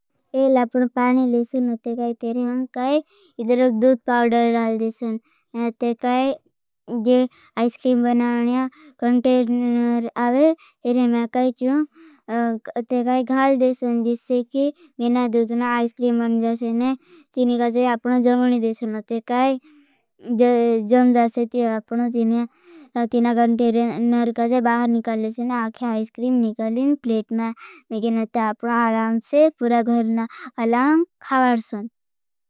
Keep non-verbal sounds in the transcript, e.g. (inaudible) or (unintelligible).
पहले आपनों पाने लेसे। नो ते काई तेरे में काई इदरोग दुद पाउडर डाल देसे न। ते काई जे आईस्क्रीम बनाने आपका गंटे रेनर आवे। तेरे में काई जूँ ते काई घाल देसे न। (unintelligible) ते काई जूँ तेरे में काई जूँ तेरे में काई जूँ तेरे में काई घाल देसे न।